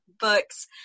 books